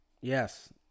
Yes